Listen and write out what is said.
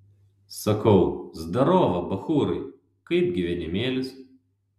sakau zdarova bachūrai kaip gyvenimėlis